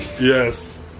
Yes